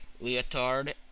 Leotard